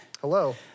Hello